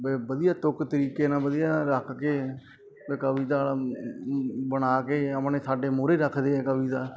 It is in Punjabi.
ਬ ਵਧੀਆ ਤੁਕ ਤਰੀਕੇ ਨਾਲ ਵਧੀਆ ਰੱਖ ਕੇ ਮੈਂ ਕਵਿਤਾ ਬਣਾ ਕੇ ਆਪਣੇ ਸਾਡੇ ਮੂਹਰੇ ਰੱਖਦੇ ਹੈ ਕਵਿਤਾ